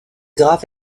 graves